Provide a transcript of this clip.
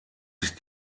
sich